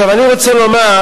אני רוצה לומר